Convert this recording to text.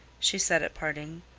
she said at parting.